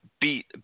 beat